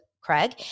Craig